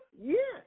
Yes